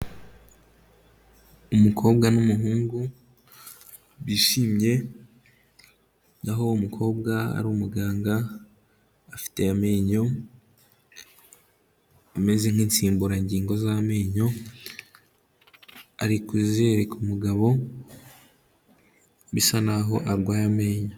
Umukobwa n'umuhungu bishimye, naho umukobwa ari umuganga, afite amenyo ameze nk'insimburangingo z'amenyo, ari kuzereka umugabo, bisa naho arwaye amenyo.